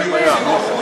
והם יוציאו החוצה,